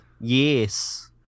Yes